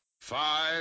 Five